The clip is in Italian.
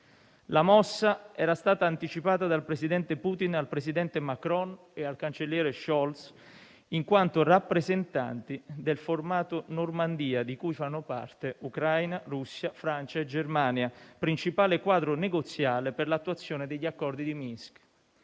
La mossa era stata anticipata dal presidente Putin al presidente Macron e al cancelliere Scholz, in quanto rappresentanti del formato Normandia (di cui fanno parte Ucraina, Russia, Francia e Germania), principale quadro negoziale per l'attuazione degli accordi di Minsk.